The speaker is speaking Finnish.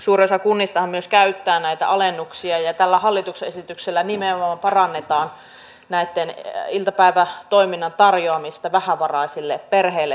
suurin osa kunnistahan myös käyttää näitä alennuksia ja tällä hallituksen esityksellä nimenomaan parannetaan tämän iltapäivätoiminnan tarjoamista vähävaraisille perheille